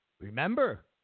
Remember